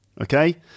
okay